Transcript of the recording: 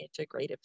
Integrative